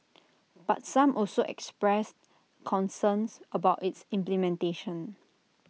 but some also expressed concerns about its implementation